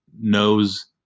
knows